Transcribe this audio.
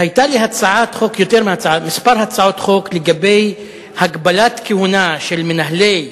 היו לי כמה הצעות חוק לגבי הגבלת כהונה של מנהלי בתי-חולים,